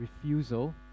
refusal